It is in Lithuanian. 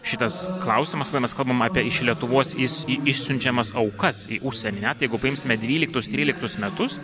šitas klausimas na mes kalbam apie iš lietuvos iš išsiunčiamas aukas į užsienį net jeigu priimsime dvyliktus tryliktus metus